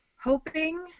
hoping